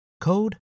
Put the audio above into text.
code